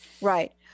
Right